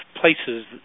places